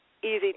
easy